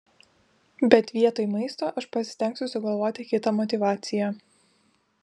bet vietoj maisto aš pasistengsiu sugalvoti kitą motyvaciją